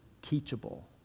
teachable